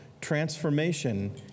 transformation